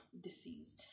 disease